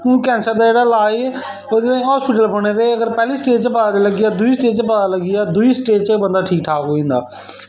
हून कैंसर दा जेह्का लाज़ जेकर पैह्ली स्टेज च पता लग्गी जा दूई स्टेज च पता लग्गी जा दूई स्टेज़ च बंदा ठीक ठाक होई जंदा